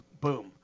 boom